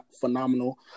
phenomenal